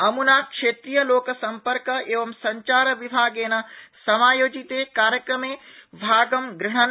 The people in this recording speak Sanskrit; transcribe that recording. अमुना क्षेत्रीयलोकसंम्पर्क एवं सञ्चार विभागेन समायोजिते कार्यक्रमे भागं गहन्